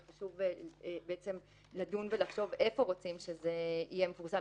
וחשוב לדון ולחשוב איפה רוצים שזה יפורסם,